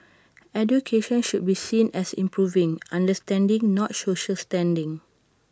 education should be seen as improving understanding not social standing